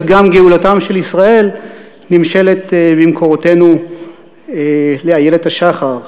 וגם גאולתם של ישראל נמשלת במקורותינו לאיילת השחר.